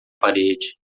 parede